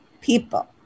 people